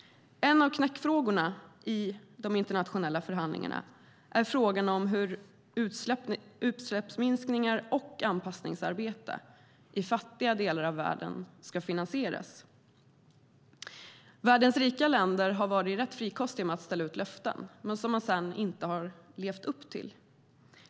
En av knäckfrågorna i de internationella förhandlingarna är frågan hur utsläppsminskningar och anpassningsarbete i fattiga delar av världen ska finansieras. Världens rika länder har varit rätt frikostiga med att ställa upp löften som de sedan inte har levt upp till.